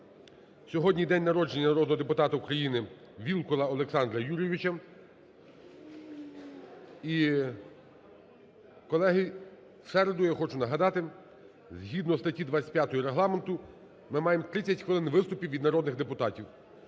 Сьогодні день народження народного депутата України Вілкула Олександра Юрійовича. І, колеги, в середу, я хочу нагадати, згідно статті 25 Регламенту ми маємо 30 хвилин виступів від народних депутатів,